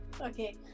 Okay